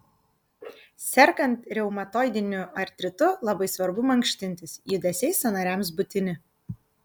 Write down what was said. sergant reumatoidiniu artritu labai svarbu mankštintis judesiai sąnariams būtini